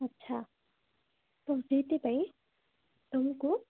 ଆଚ୍ଛା ତ ସେଇଥିପାଇଁ ତୁମକୁ